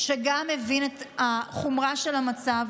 שגם הוא הבין את החומרה של המצב,